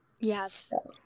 Yes